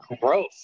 growth